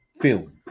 film